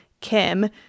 Kim